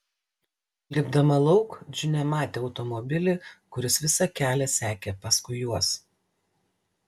lipdama lauk džinė matė automobilį kuris visą kelią sekė paskui juos